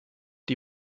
die